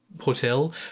Hotel